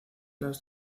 las